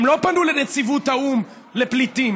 הם לא פנו לנציבות האו"ם לפליטים.